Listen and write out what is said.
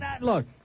Look